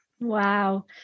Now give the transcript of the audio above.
Wow